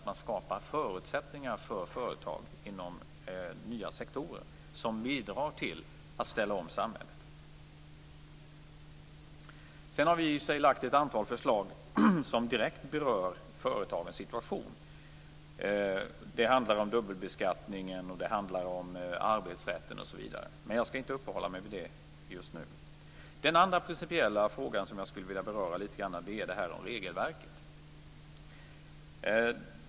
Man skapar förutsättningar för företag inom nya sektorer som bidrar till att ställa om samhället. Sedan har vi i och för sig lagt fram ett antal förslag som direkt berör företagens situation. Det handlar om dubbelbeskattning och om arbetsrätt. Men jag skall inte uppehålla mig vid det just nu. Den andra principiella frågan som jag skulle vilja beröra litet grand gäller regelverket.